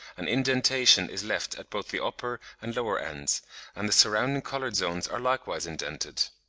an indentation is left at both the upper and lower ends and the surrounding coloured zones are likewise indented.